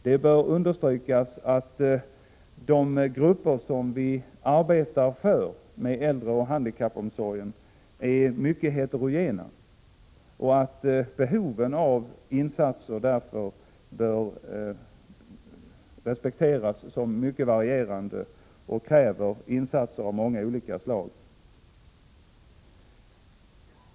Det bör understrykas att de grupper som vi arbetar för när det gäller äldreoch handikappomsorgen är mycket heterogena och att behoven av insatser därför bör anses vara mycket varierande. Det krävs således insatser av många olika slag.